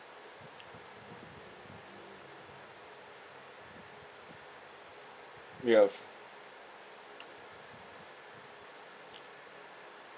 you have